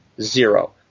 zero